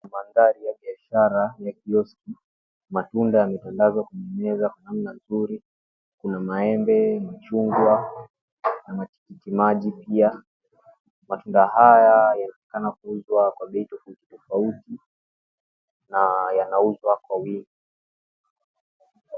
Mandhari ya biashara ya kioski matunda yametandazwa kuonyesha kwa namna nzuri, kuna maembe, machungwa na matikiti maji pia matunda haya yanaonekana kuuzwa kwa bei tofauti tofauti na yanauzwa kwa wingi.